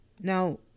Now